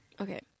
okay